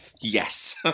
yes